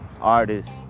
artists